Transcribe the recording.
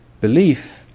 belief